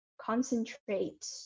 concentrate